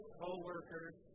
co-workers